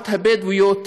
לנערות הבדואיות,